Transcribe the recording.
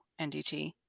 NDT